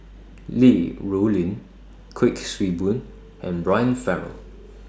Li Rulin Kuik Swee Boon and Brian Farrell